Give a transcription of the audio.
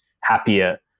happier